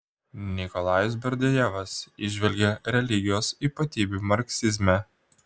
nikolajus berdiajevas įžvelgė religijos ypatybių marksizme